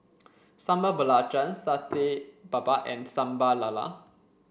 Sambal Belacan Satay Babat and Sambal Lala